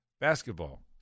Basketball